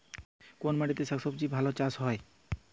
কোন মাটিতে শাকসবজী ভালো চাষ হয়?